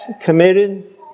committed